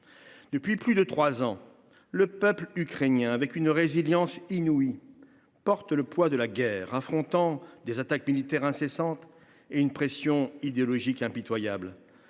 Depuis plus de trois ans, le peuple ukrainien, avec une résilience inouïe, porte le poids de la guerre, affrontant des attaques militaires incessantes et une pression idéologique impitoyable.